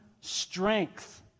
strength